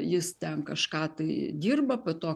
jis ten kažką tai dirba po to